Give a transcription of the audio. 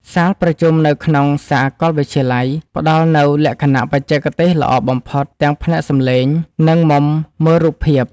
សាលប្រជុំនៅក្នុងសាកលវិទ្យាល័យ ផ្ដល់នូវលក្ខណៈបច្ចេកទេសល្អបំផុតទាំងផ្នែកសំឡេង និងមុំមើលរូបភាព។